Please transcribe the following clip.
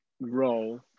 role